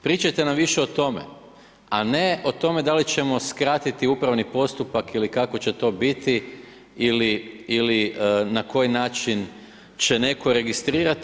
Pričajte nam više o tome, a ne o tome da li ćemo skratiti upravni postupak ili kako će to biti ili na koji način će netko registrirati.